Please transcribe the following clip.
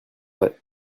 vais